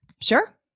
Sure